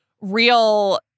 real